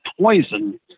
poison